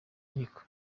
inkiko